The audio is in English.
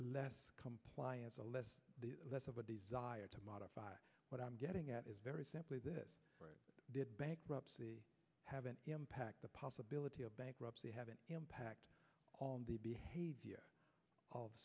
less compliance or less of a desire to modify what i'm getting at is very simply this did bankruptcy have an impact the possibility of bankruptcy had an impact on the behavior of